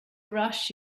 rush